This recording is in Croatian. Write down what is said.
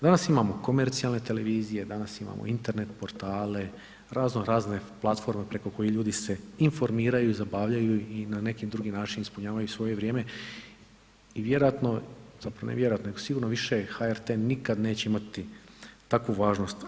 Danas imamo komercijalne televizije, danas imamo Internet, portale, razno razne platforme preko kojih ljudi se informiraju, zabavljaju i na neki drugi način ispunjavaju svoje vrijeme i vjerojatno, zapravo, ne vjerojatno nego sigurno više HRT nikad neće imati takvu važnost.